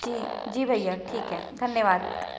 जी जी भैया ठीक है धन्यवाद